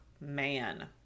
man